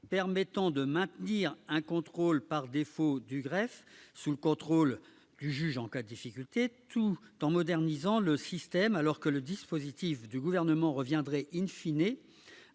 permettant de maintenir un contrôle par défaut du greffe, sous le contrôle du juge en cas de difficulté, tout en modernisant le système, alors que le dispositif du Gouvernement reviendrait à une